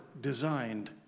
designed